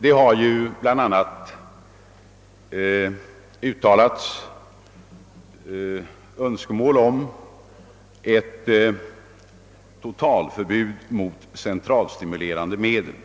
Det har bl.a. uttalats önskemål om ett totalförbud mot centralstimulerande medel.